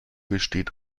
besteht